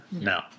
No